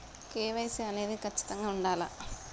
KYC అనేది ఖచ్చితంగా ఉండాలా?